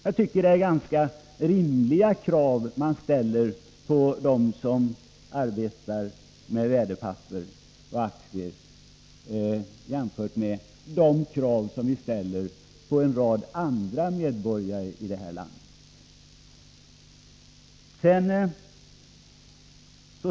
Jag tycker att det är ganska rimliga krav vi ställer på dem som arbetar med värdepapper och aktier jämfört med de krav som vi ställer på en rad andra medborgare i detta land.